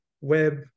web